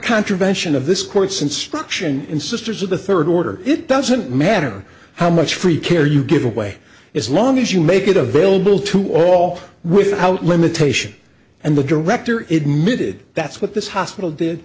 contravention of this court's instruction in sisters of the third order it doesn't matter how much free care you give away as long as you make it available to all without limitation and the director it mid that's what this hospital did